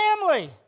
family